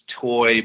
toy